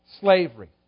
slavery